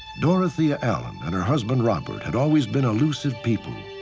dorothea allen and her husband robert had always been elusive people.